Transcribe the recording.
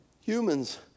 humans